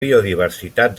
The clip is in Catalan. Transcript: biodiversitat